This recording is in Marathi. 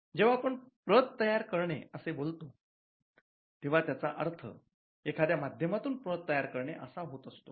जेव्हा आपण 'प्रत तयार करणे' असे बोलतो तेव्हा त्याचा अर्थ एखाद्या माध्यमातून प्रत तयार करणे असा होत असतो